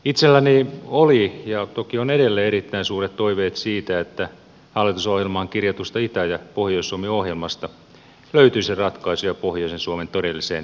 itselläni oli ja toki on edelleen erittäin suuret toiveet siitä että hallitusohjelmaan kirjatusta itä ja pohjois suomi ohjelmasta löytyisi ratkaisuja pohjoisen suomen todelliseen kehittämiseen